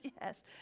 Yes